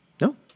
No